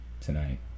tonight